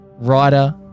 writer